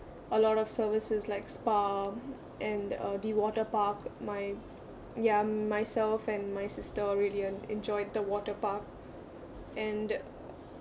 a lot of services like spa and uh the water park my ya myself and my sister really en~ enjoyed the water park and